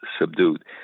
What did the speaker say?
subdued